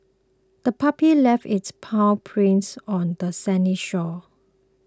the puppy left its paw prints on the sandy shore